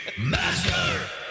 master